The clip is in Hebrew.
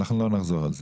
אנחנו לא נחזור על זה.